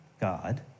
God